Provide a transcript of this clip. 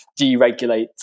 deregulate